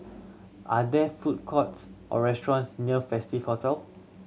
are there food courts or restaurants near Festive Hotel